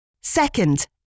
Second